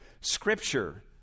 scripture